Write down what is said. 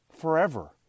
forever